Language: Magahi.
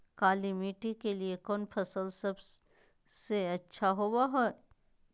काली मिट्टी के लिए कौन फसल सब से अच्छा होबो हाय?